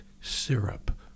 syrup